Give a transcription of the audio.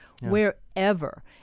wherever